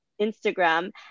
Instagram